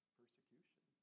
persecution